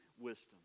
wisdom